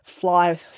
fly